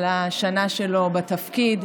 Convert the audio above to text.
על השנה שלו בתפקיד,